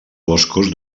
boscos